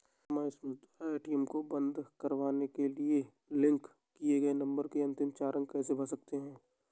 हम एस.एम.एस द्वारा ए.टी.एम को बंद करवाने के लिए लिंक किए गए नंबर के अंतिम चार अंक को कैसे भर सकते हैं?